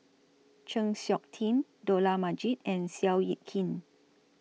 Chng Seok Tin Dollah Majid and Seow Yit Kin